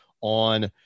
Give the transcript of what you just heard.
on